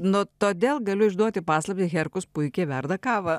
nu todėl galiu išduoti paslaptį herkus puikiai verda kavą